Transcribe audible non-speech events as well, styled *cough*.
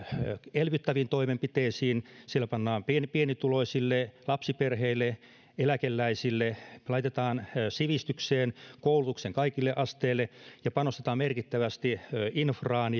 elvyttäviin toimenpiteisiin pannaan pienituloisille lapsiperheille ja eläkeläisille laitetaan sivistykseen ja koulutuksen kaikille asteille ja panostetaan merkittävästi infraan *unintelligible*